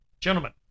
Gentlemen